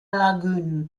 lagune